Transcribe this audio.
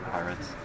Pirates